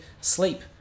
sleep